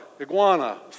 iguana